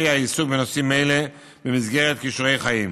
העיסוק בנושאים אלה במסגרת כישורי חיים,